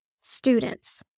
students